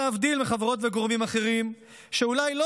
להבדיל מחברות וגורמים אחרים שאולי לא